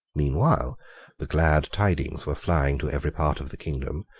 meanwhile the glad tidings were flying to every part of the kingdom,